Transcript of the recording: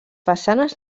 façanes